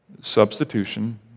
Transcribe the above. substitution